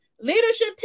Leadership